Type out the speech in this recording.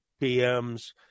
PMs